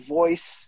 voice